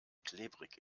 klebrig